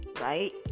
right